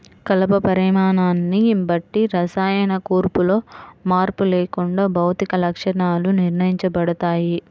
కలప పరిమాణాన్ని బట్టి రసాయన కూర్పులో మార్పు లేకుండా భౌతిక లక్షణాలు నిర్ణయించబడతాయి